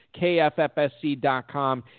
kffsc.com